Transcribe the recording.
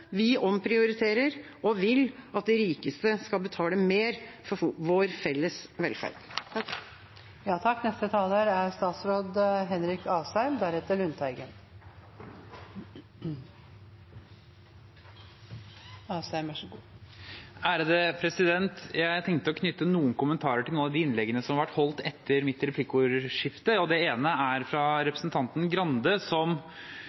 Vi omprioriterer og vil at de rikeste skal betale mer for vår felles velferd. Jeg tenkte å knytte noen kommentarer til noen av de innleggene som har vært holdt etter mitt replikkordskifte. Det ene er fra representanten Grande, som